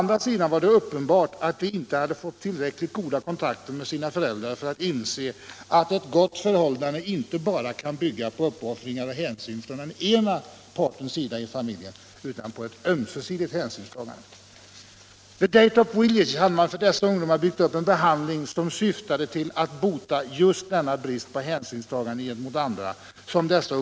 Däremot var det uppenbart att de inte fått tillräckligt goda kontakter med sina föräldrar för att inse att ett gott förhållande inte bara kan bygga på uppoffringar och hänsyn från den ena partens sida utan måste grundas på ett ömsesidigt hänsynstagande. Vid Daytop Village hade man byggt upp en behandling som syftade till att bota just dessa ungdomars brist på hänsynstagande gentemot andra.